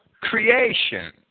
creation